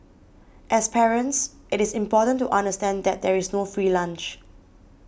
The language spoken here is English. as parents it is important to understand that there is no free lunch